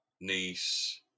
niece